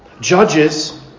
judges